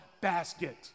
basket